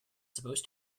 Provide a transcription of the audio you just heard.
supposed